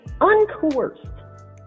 uncoerced